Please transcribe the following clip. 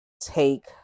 Take